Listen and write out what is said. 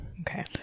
Okay